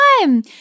time